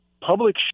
public